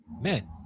men